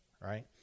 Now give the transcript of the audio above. right